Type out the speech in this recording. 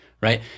Right